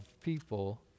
people